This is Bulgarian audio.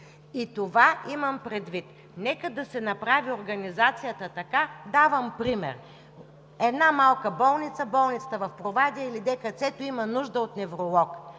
– това имам предвид. Нека да се направи организацията така – давам пример: една малка болница или болницата в Провадия, или ДКЦ има нужда от невролог.